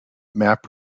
map